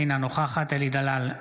אינה נוכחת אלי דלל,